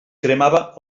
cremava